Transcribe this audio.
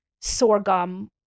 sorghum